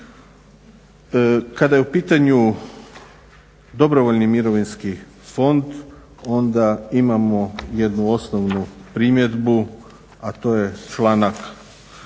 Kada je u pitanju dobrovoljni mirovinski fond onda imamo jednu osnovnu primjedbu, a to je članak